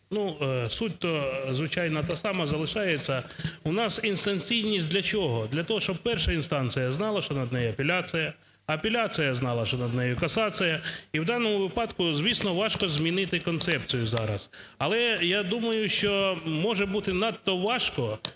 суть-то звичайно та сама залишається. У нас інстанційність для чого? Для того, щоб перша інстанція знала, що над нею апеляція, а апеляція знала, що над нею касація. І в даному випадку, звісно, важко змінити концепцію зараз. Але я думаю, що може бути надто важко